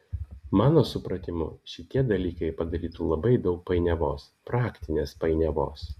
mano supratimu šitie dalykai padarytų labai daug painiavos praktinės painiavos